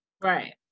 Right